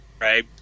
right